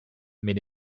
mais